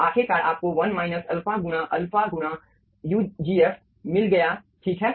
तो आखिरकार आपको 1 अल्फ़ा गुणा अल्फ़ा गुणा ugf मिल गया ठीक है